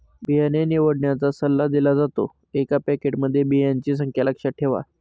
बियाणे निवडण्याचा सल्ला दिला जातो, एका पॅकेटमध्ये बियांची संख्या लक्षात ठेवा